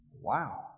Wow